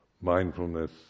mindfulness